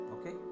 Okay